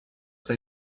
they